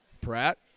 Pratt